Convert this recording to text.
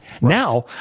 Now